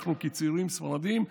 לנו כצעירים ספרדים,